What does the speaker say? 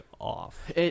off